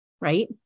right